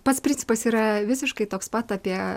pats principas yra visiškai toks pat apie